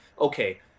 okay